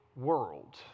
world